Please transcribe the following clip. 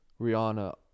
Rihanna